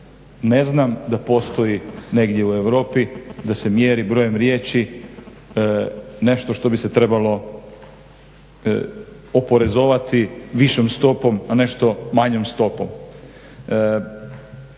ne znam da postoji negdje u Europi da se mjeri brojem riječi nešto što bi se trebalo oporezovati višom stopom, a nešto manjom stopom.